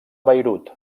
beirut